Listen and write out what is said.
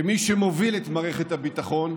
כמי שמוביל את מערכת הביטחון,